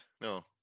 No